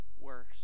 worse